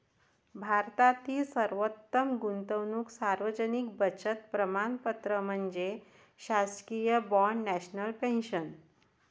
भारतातील सर्वोत्तम गुंतवणूक सार्वजनिक बचत प्रमाणपत्र म्हणजे शासकीय बाँड नॅशनल पेन्शन